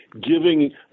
giving